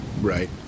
Right